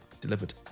delivered